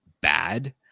bad